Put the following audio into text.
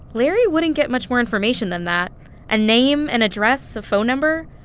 larry wouldn't get much more information than that a name, an address, a phone number.